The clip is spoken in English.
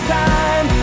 time